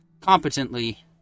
competently